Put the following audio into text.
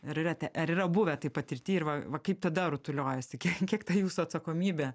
ar yra te ar yra buvę tai patirty ir va va kaip tada rutuliojasi kiek kiek tai jūsų atsakomybė